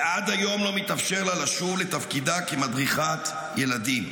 ועד היום לא מתאפשר לה לשוב לתפקידה כמדריכת ילדים.